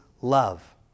love